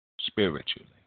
spiritually